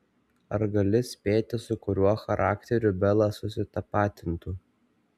ar gali spėti su kuriuo charakteriu bela susitapatintų